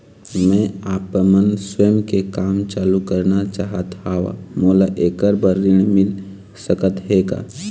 मैं आपमन स्वयं के काम चालू करना चाहत हाव, मोला ऐकर बर ऋण मिल सकत हे का?